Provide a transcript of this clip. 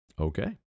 Okay